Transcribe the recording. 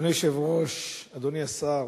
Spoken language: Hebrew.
אדוני היושב-ראש, אדוני השר,